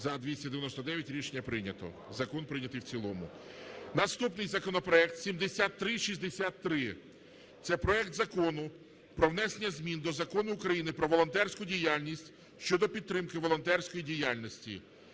За-299 Рішення прийнято. Закон прийнятий в цілому. Наступний законопроект 7363, це проект Закону про внесення змін до закону України "Про волонтерську діяльність" щодо підтримки волонтерської діяльності.